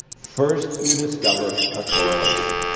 first, you discover a correlation.